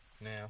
Now